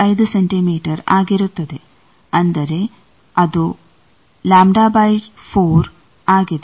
5 centimetre ಆಗಿರುತ್ತದೆ ಅಂದರೆ ಅದು ಆಗಿದೆ